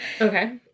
Okay